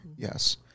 Yes